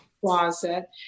closet